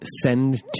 send